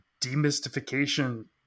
demystification